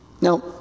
Now